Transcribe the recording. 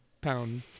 pound